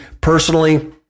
personally